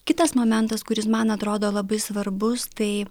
kitas momentas kuris man atrodo labai svarbus tai